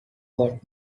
but